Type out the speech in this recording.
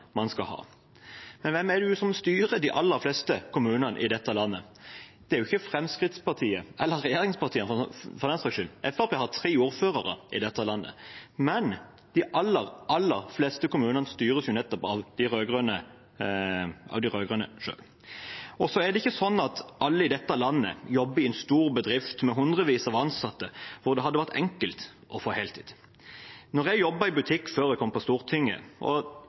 man skal ha, men hvem er det som styrer de aller fleste kommunene i dette landet? Det er ikke Fremskrittspartiet, eller regjeringspartiene, for den saks skyld. Fremskrittspartiet har tre ordførere i dette landet. De aller, aller fleste kommunene styres nettopp av de rød-grønne selv. Så er det ikke sånn at alle i dette landet jobber i en stor bedrift med hundrevis av ansatte hvor det er enkelt å få heltid. Da jeg jobbet i butikk før jeg kom på Stortinget, og